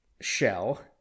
shell